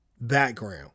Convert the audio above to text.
background